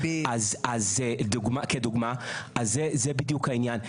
אז זה בדיוק העניין.